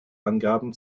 angaben